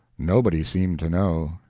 nobody seemed to know.